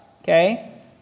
Okay